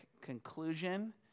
conclusion